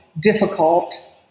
difficult